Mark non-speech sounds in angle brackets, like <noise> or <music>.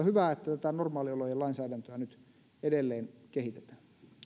<unintelligible> hyvä että tätä normaaliolojen lainsäädäntöä nyt edelleen kehitetään